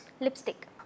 Lipstick